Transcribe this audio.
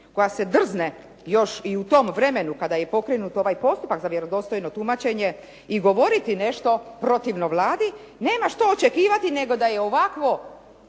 koja se drzne još i u tom vremenu kada je pokrenut ovaj postupak za vjerodostojno tumačenje i govoriti nešto protivno Vladi nema što očekivati nego da je ovakvo,